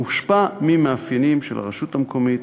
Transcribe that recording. מושפע ממאפיינים של הרשות המקומית,